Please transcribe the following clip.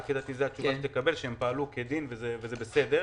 הם פעלו כדין וזה בסדר,